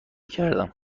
کردم